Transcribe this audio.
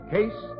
Case